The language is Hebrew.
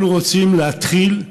אנחנו רוצים להתחיל,